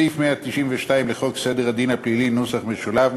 סעיף 192א לחוק סדר הדין הפלילי מסמיך